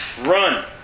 Run